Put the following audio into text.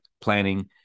planning